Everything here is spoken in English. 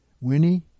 Winnie